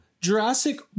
Jurassic